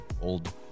old